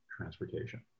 Transportation